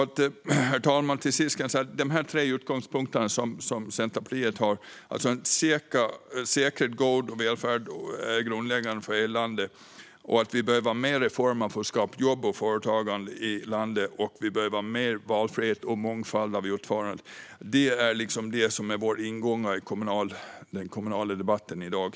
Herr talman! Till sist kan jag säga att de tre utgångspunkter som Centerpartiet har - alltså att en säker och god välfärd är grundläggande för hela landet, att vi behöver fler reformer för att skapa jobb och företagande i landet och att vi behöver mer valfrihet och mångfald i utförandet - är våra ingångar i den kommunala debatten i dag.